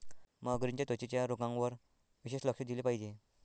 मगरींच्या त्वचेच्या रोगांवर विशेष लक्ष दिले पाहिजे